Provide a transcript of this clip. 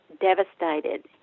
devastated